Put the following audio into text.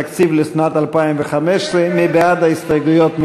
תקציב לשנת 2015. מי בעד ההסתייגויות?